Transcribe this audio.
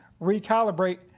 recalibrate